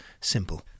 Simple